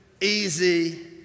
easy